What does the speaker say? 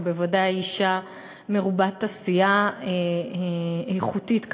בוודאי אישה מרובת עשייה איכותית כמוה,